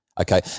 Okay